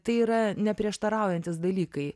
tai yra neprieštaraujantys dalykai